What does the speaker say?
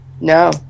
No